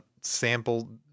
sample